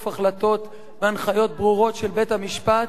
החלטות והנחיות ברורות של בית-המשפט,